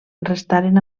restaren